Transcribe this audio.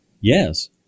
Yes